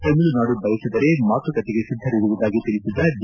ತಮಿಳುನಾಡು ಬಯಸಿದರೆ ಮಾತುಕತೆಗೆ ಸಿದ್ದರಿರುವುದಾಗಿ ತಿಳಿಸಿದ ಡಿ